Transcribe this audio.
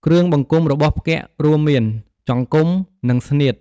គ្រឿងបង្គុំរបស់ផ្គាក់រួមមាន ចង្គំ និងស្នៀត ។